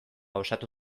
osatu